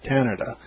Canada